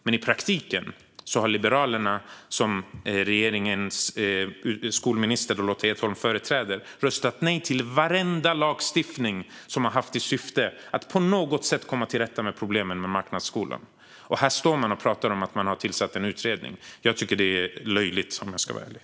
Men i praktiken har Liberalerna, som regeringens skolminister Lotta Edholm företräder, röstat nej till all lagstiftning som har haft till syfte att på något sätt komma till rätta med problemen med marknadsskolan. Och här står man och pratar om att man har tillsatt en utredning. Jag tycker att det är löjligt, om jag ska vara ärlig.